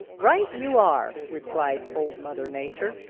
right you are, replied old mother nature.